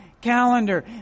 calendar